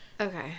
Okay